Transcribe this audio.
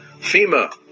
FEMA